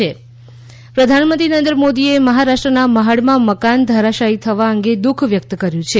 building PM પ્રધાનમંત્રી નરેન્દ્ર મોદીએ મહારાષ્ટ્રના મહાડમાં મકાન ધરાશાયી થવા અંગે દુખ વ્યક્ત કર્યું છે